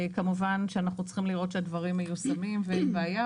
כמובן שאנחנו צריכים לראות שהדברים מיושמים ואין בעיה,